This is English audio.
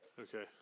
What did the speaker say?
Okay